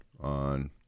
on